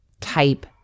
type